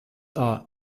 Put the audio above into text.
are